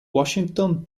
washington